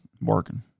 Working